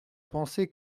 penser